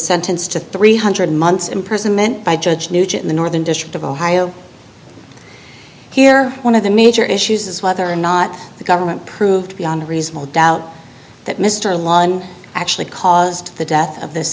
sentenced to three hundred months imprisonment by judge nugent the northern district of ohio here one of the major issues is whether or not the government proved beyond reasonable doubt that mr line actually caused the death of this